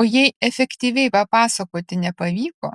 o jei efektyviai papasakoti nepavyko